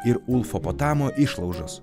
ir ulfopotamo išlaužos